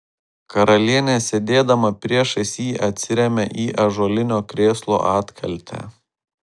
karalienė sėdėdama priešais jį atsirėmė į ąžuolinio krėslo atkaltę